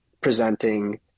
presenting